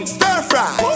Stir-fry